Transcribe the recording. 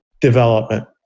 development